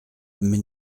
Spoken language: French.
mais